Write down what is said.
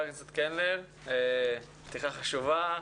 פתיחה חשובה.